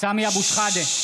סמי אבו שחאדה,